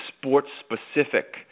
sports-specific